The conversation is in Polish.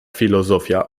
filozofia